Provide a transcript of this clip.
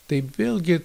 tai vėlgi